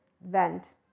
vent